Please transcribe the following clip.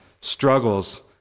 struggles